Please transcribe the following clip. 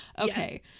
Okay